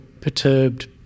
perturbed